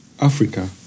Africa